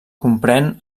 comprèn